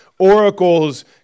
oracles